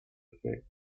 effect